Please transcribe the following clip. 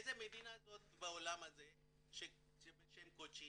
איזה מדינה זאת בעולם הזה בשם קוצ'ין?